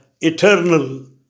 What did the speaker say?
eternal